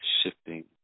shifting